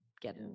get